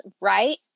right